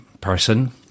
person